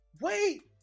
Wait